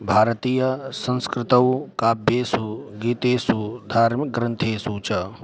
भारतीयसंस्कृतौ काव्येषु गीतेषु धार्मिकग्रन्थेषु च